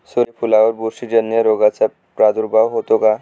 सूर्यफुलावर बुरशीजन्य रोगाचा प्रादुर्भाव होतो का?